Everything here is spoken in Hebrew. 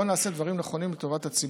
בוא נעשה דברים נכונים לטובת הציבור,